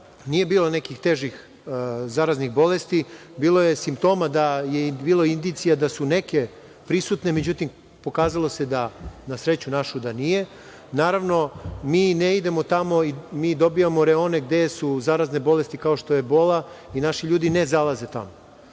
nije bilo nekih težih zaraznih bolesti. Bilo je simptoma da je bila indicija da su neke prisutne, međutim pokazalo se, na našu sreću, da nije. Naravno, mi ne idemo tamo, mi dobijamo reone gde su zarazne bolesti kao što je ebola i naši ljudi ne zalaze tamo. Kada